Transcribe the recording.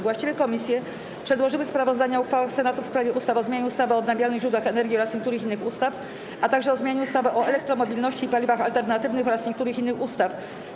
Właściwe komisje przedłożyły sprawozdania o uchwałach Senatu w sprawie ustaw: - o zmianie ustawy o odnawialnych źródłach energii oraz niektórych innych ustaw, - o zmianie ustawy o elektromobilności i paliwach alternatywnych oraz niektórych innych ustaw.